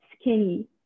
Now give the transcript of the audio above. skinny